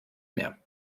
mehr